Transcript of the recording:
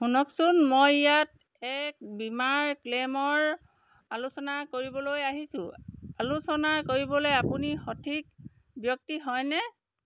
শুনকচোন মই ইয়াত এক বীমা ক্লেইমৰ আলোচনা কৰিবলৈ আহিছোঁ আলোচনা কৰিবলৈ আপুনি সঠিক ব্যক্তি হয়নে